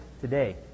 today